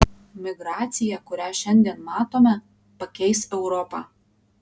migracija kurią šiandien matome pakeis europą